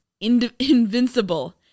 invincible